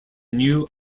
new